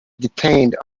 detained